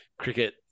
cricket